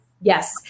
Yes